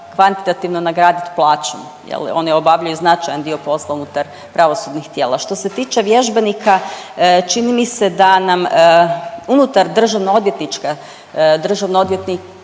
kvantitativno nagradit plaćanje jel oni obavljaju značajan dio posla unutar pravosudnih tijela. Što se tiče vježbenika, čini se da nam unutar državno odvjetniče, državno odvjetnike